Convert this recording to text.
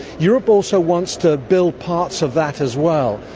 europe also wants to build parts of that as well.